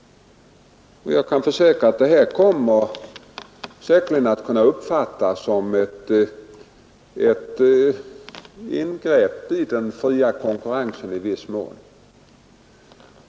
Jag kan försäkra att det i viss mån kommer att uppfattas som ett ingrepp i den fria konkurrensen.